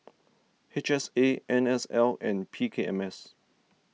H S A N S L and P K M S